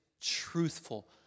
truthful